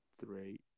Three